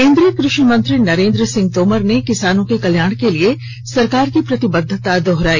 केन्द्रीय कृषि मंत्री नरेन्द्र सिंह तोमर ने किसानों के कल्याण के लिए सरकार की प्रतिबद्वता दोहराई